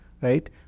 right